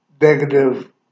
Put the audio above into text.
negative